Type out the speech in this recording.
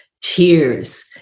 tears